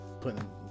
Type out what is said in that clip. Putting